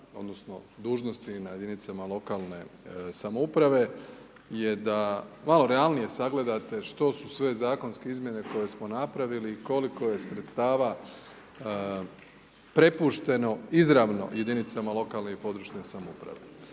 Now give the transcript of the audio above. odnosno dužnosti na jedinicama lokalne samouprave, je da malo realnije sagledate što su sve zakonske izmjene koje smo napravili i koliko je sredstava prepušteno izravno jedinicama lokalne i područne samouprave.